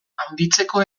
handitzeko